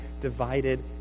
divided